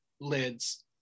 lids